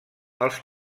els